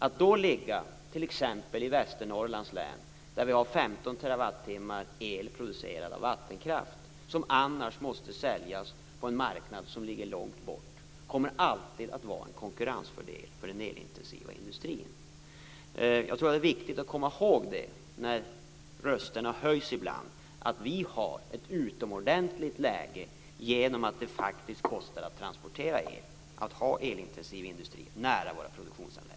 Att då ligga t.ex. i Västernorrlands län, där 15 terawattimmar el produceras av vattenkraft - som annars måste säljas på en marknad långt bort - kommer alltid att vara en konkurrensfördel för den elintensiva industrin. Det är viktigt att komma ihåg, när rösterna ibland höjs, att vi har ett utomordentligt läge när vi har den elintensiva industrin nära våra produktionsanläggningar, genom att det kostar att transportera el.